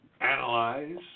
analyze